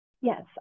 Yes